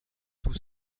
tout